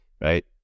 right